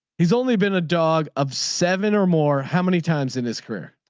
he's only been a dog of seven or more how many times in his career.